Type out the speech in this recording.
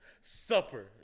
supper